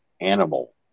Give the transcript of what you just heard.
animal